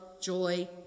joy